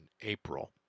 April